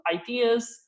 ideas